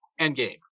Endgame